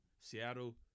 Seattle